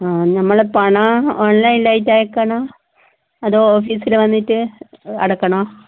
ആ ഞങ്ങൾ പണം ഓൺലൈൻ ആയിട്ട് അയക്കണോ അതോ ഓഫീസില് വന്നിട്ട് അടക്കണോ